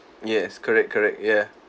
yes correct correct ya